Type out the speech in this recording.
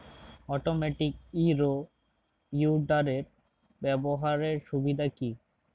Automatic in row উইডারের ব্যবহারের সুবিধা কি?